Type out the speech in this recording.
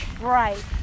right